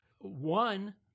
one